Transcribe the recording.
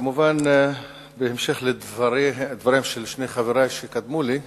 כמובן, בהמשך לדבריהם של שני חברי שקדמו לי,